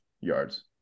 yards